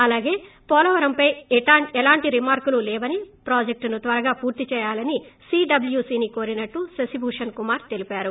అలాగే పోలవరంపై ఎలాంటి రిమార్కులు లేవని ప్రాజెక్టును త్వరగా పూర్తి చేయాలని సీడబ్ల్యూసీని కోరినట్టు శశిభూషణ్ కుమార్ తెలిపారు